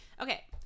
okay